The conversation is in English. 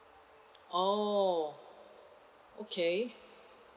oh okay